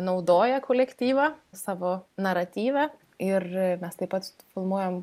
naudoja kolektyvą savo naratyve ir mes taip pat filmuojam